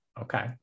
okay